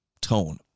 tone